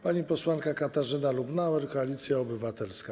Pani posłanka Katarzyna Lubnauer, Koalicja Obywatelska.